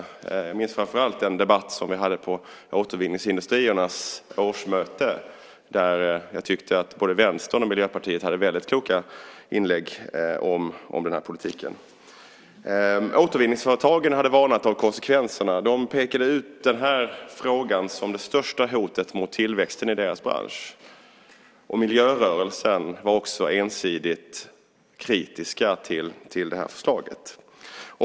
Jag minns framför allt en debatt som vi hade på Återvinningsindustriernas årsmöte där jag tyckte att både Vänstern och Miljöpartiet hade väldigt kloka inlägg om den här politiken. Återvinningsindustrierna hade varnat för konsekvenserna. De pekade ut denna fråga som det största hotet mot tillväxten i deras bransch. Miljörörelsen var också ensidigt kritisk till förslaget.